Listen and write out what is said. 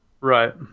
Right